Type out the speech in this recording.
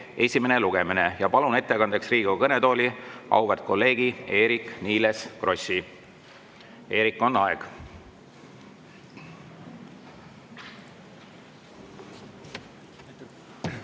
esimene lugemine. Palun ettekandeks Riigikogu kõnetooli auväärt kolleegi Eerik-Niiles Krossi. Eerik, on aeg.